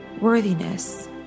worthiness